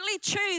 choose